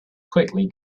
quickly